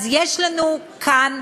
אז יש לנו כאן,